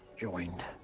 joined